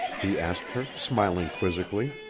he asked her, smiling quizzically.